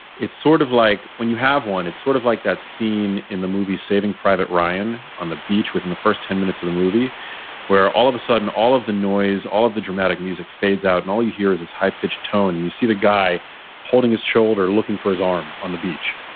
sort of like when you have one, it's sort of like that scene in the movie saving private ryan on the beach, within the first ten minutes of the movie where all of a sudden, all of the noise, all of the dramatic music fades out and all you hear is this high pitched tone, and you see the guy holding his shoulder looking for his arm on the beach.